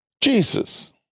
Jesus